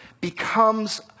becomes